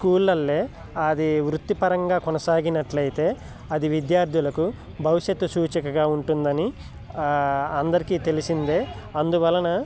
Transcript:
స్కూళ్ళల్లో అది వృత్తిపరంగా కొనసాగినట్లయితే అది విద్యార్థులకు భవిష్యత్తు సూచికగా ఉంటుందని అందరికీ తెలిసిందే అందువలన